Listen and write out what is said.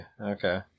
Okay